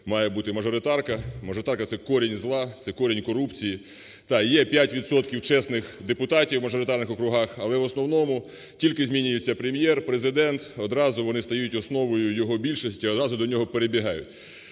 має бути мажоритарка. Мажоритарка – це корінь зла, це корінь корупції. Так, є 5 відсотків чесних депутатів в мажоритарних округах, але в основному тільки змінюється Прем'єр, Президент, одразу вони стають основою його більшості і одразу до нього перебігають.